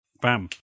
bam